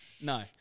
No